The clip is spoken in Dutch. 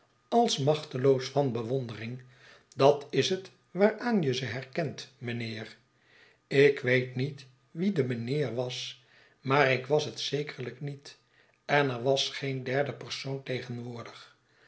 als machteloos van bewondering dat is het waaraan je ze kent mijnheer ik weet niet wie de mijnheer was maar ik was het zekerlijk niet en er was geen derde persoon tegenwoordig